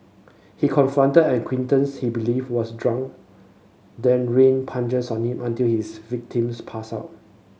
he confronted an acquaintance he believed was drunk then rained punches on him until his victims passed out